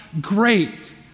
great